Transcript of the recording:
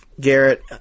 Garrett